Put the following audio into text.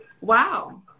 Wow